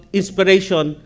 inspiration